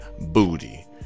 booty